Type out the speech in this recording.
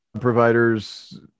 providers